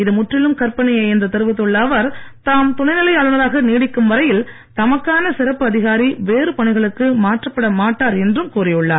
இது முற்றிலும் கற்பனையே என்று தெரிவித்துள்ள அவர் தாம் துணைநிலை ஆளுநராக நீடிக்கும் வரையில் தமக்கான சிறப்பு அதிகாரி வேறு பணிகளுக்கு மாற்றப்பட மாட்டார் என்று அவர் கூறியுள்ளார்